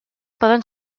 poden